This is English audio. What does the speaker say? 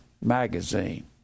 magazine